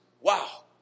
Wow